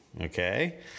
Okay